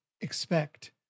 expect